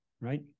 right